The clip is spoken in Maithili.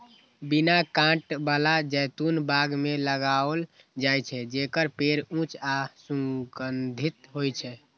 बिना कांट बला जैतून बाग मे लगाओल जाइ छै, जेकर पेड़ ऊंच आ सुगठित होइ छै